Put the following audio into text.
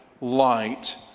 light